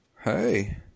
Hey